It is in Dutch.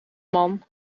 man